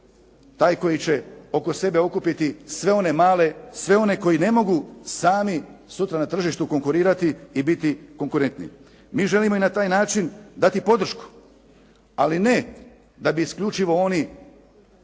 taj koji će oko sebe okupiti sve one malje, sve one koji ne mogu sami sutra na tržištu konkurirati i biti konkurentni. Mi želimo i na taj način dati podršku, ali ne da bi isključivo oni